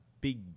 big